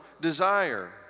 desire